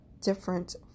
different